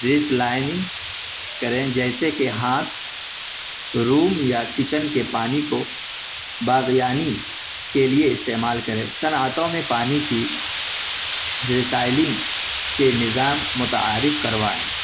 recycling کریں جیسے کہ ہاتھ روم یا کچن کے پانی کو باغبانی کے لیے استعمال کریں صنعتوں میں پانی کی ریسائلنگ کے نظام متعارف کروائیں